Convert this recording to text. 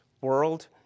world